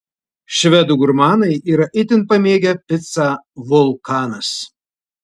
švedų gurmanai yra itin pamėgę picą vulkanas